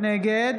נגד